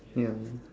ya